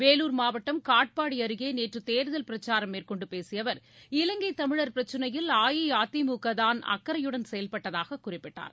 வேறுர் மாவட்டம் காட்பாடிஅருகேநேற்றுதேர்தல் பிரச்சாரம் மேற்கொண்டுபேசியஅவர் இலங்கைதமிழர் பிரச்சினையில் அஇஅதிமுகதாள் அக்கறையுடன் செயல்பட்டதாககுறிப்பிட்டார்